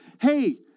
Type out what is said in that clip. hey